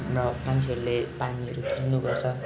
र मान्छेहरूले पानीहरू किन्नु गर्छ